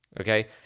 Okay